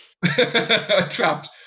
Trapped